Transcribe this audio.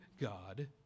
God